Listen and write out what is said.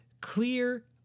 clear